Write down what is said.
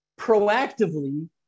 proactively